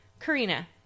Karina